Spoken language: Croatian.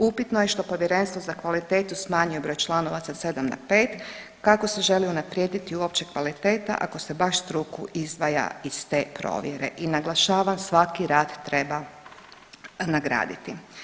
Upitno je što povjerenstvo za kvalitetu smanjuje broj članova sa 7 na 5 kako se želi unaprijediti uopće kvaliteta ako se baš struku izdvaja iz te provjere i naglašava svaki rad treba nagraditi.